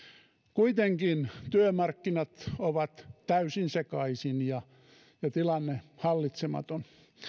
kuitenkin työmarkkinat ovat täysin sekaisin ja tilanne hallitsematon